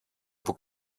που